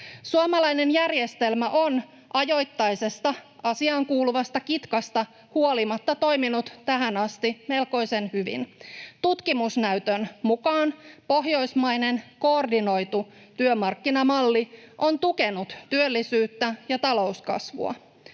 Suomalainen järjestelmä on ajoittaisesta asiaan kuuluvasta kitkasta huolimatta toiminut tähän asti melkoisen hyvin. Tutkimusnäytön mukaan pohjoismainen koordinoitu työmarkkinamalli on tukenut työllisyyttä ja talouskasvua.